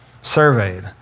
surveyed